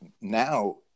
now